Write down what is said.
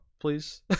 please